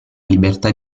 libertà